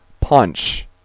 Punch